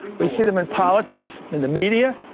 we see them in politics and the media,